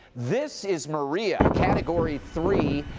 this is maria, category three,